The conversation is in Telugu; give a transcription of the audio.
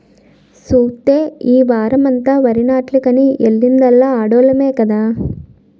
సూస్తే ఈ వోరమంతా వరినాట్లకని ఎల్లిందల్లా ఆడోల్లమే కదా